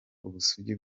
ubusugi